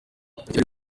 kigali